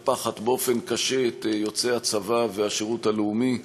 אני חושב שהיא מקפחת באופן קשה את יוצאי הצבא והשירות הלאומי.